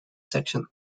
section